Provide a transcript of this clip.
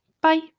Bye